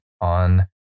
on